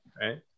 right